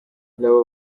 nabo